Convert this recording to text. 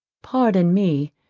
pardon me,